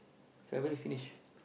February finish